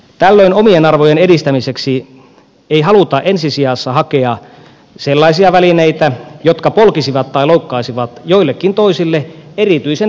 tällöin omien arvojen edistämiseksi ei haluta ensi sijassa hakea sellaisia välineitä jotka polkisivat tai loukkaisivat joillekin toisille erityisen tärkeitä arvoja